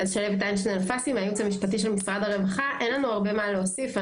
אין לנו הרבה מה להוסיף.